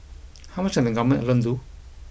how much can the Government alone do